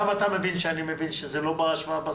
גם אתה מבין שאני מבין שזה לא בר השוואה בסכומים,